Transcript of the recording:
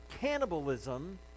cannibalism